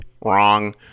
Wrong